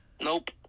Nope